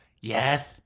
Yes